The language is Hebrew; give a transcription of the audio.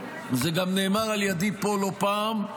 זה גם נאמר על ידי פה לא פעם.